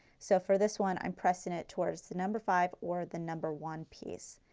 so for this one i am pressing it towards the number five or the number one piece.